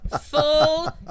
Full